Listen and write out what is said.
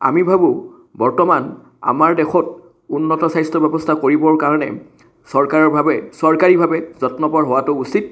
আমি ভাবোঁ বৰ্তমান আমাৰ দেশত উন্নত স্বাস্থ্য ব্যৱস্থা কৰিবৰ কাৰণে চৰকাৰৰভাৱে চৰকাৰীভাৱে যত্নপৰ হোৱাটো উচিত